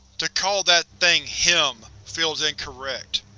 to call that thing him feels incorrect.